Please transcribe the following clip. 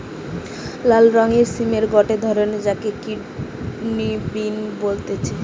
লাল রঙের সিমের গটে ধরণ যাকে কিডনি বিন বলতিছে